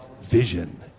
Vision